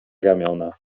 ramiona